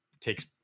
takes